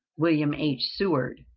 wm. h. seward,